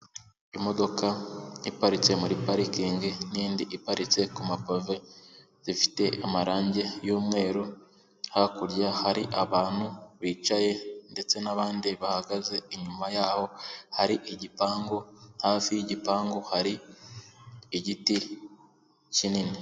Imodoka iparitse muri parikingi n'indi iparitse ku mapave zifite amarangi y'umweru, hakurya hari abantu bicaye, ndetse nabandi bahagaze inyuma yaho hari igipangu, hafi y'igipangu hari igiti kinini.